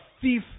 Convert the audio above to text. thief